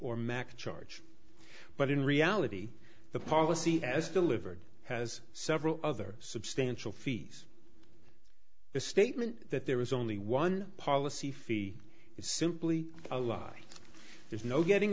or max charge but in reality the policy as delivered has several other substantial fees the statement that there is only one policy fee is simply a lie there's no getting